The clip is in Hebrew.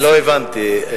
לא הבנתי.